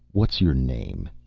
what's your name?